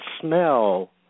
smell